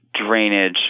drainage